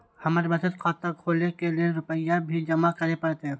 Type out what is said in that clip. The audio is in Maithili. हमर बचत खाता खोले के लेल रूपया भी जमा करे परते?